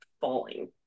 falling